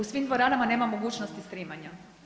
U svim dvoranama nema mogućnosti „streamanja“